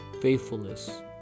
faithfulness